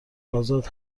آزاد